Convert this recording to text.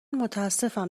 متاسفم